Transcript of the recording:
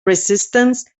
resistance